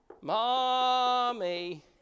Mommy